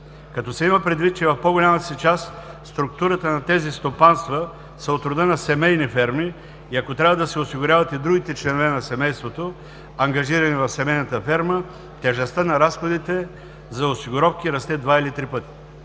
Като се има предвид, че в по-голямата си част структурата на тези стопанства са от рода на семейни ферми и ако трябва да се осигуряват и другите членове на семейството, ангажирани в семейната фирма, тежестта на разходите за осигуровки расте два или три пъти.